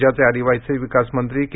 राज्याचे आदिवासी विकास मंत्री के